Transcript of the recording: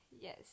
yes